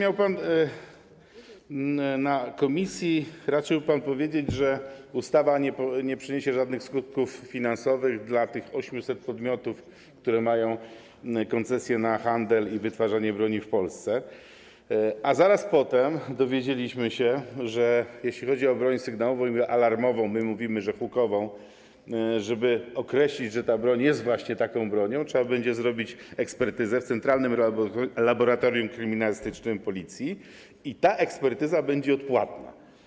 Na posiedzeniu komisji raczył pan powiedzieć, że ustawa nie przyniesie żadnych skutków finansowych dla tych 800 podmiotów, które mają koncesję na handel i wytwarzanie broni w Polsce, a zaraz potem dowiedzieliśmy się, że jeśli chodzi o broń sygnałową i alarmową - my mówimy, że hukową, żeby określić, że ta broń jest właśnie taką bronią - trzeba będzie zrobić ekspertyzę w Centralnym Laboratorium Kryminalistycznym Policji i ta ekspertyza będzie odpłatna.